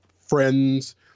friends